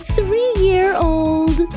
Three-Year-Old